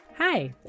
Hi